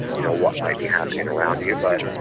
you know, what might be happening around you but,